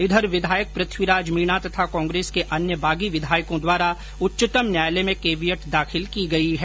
इधर विधायक पृथ्वीराज मीणा तथा कांग्रेस के अन्य बागी विधायकों द्वारा उच्चतम न्यायालय में केवीएट दाखिल की गई है